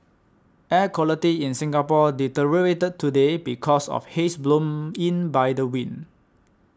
air quality in Singapore deteriorated today because of haze blown in by the wind